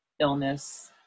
illness